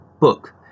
book